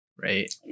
right